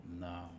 No